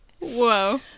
Whoa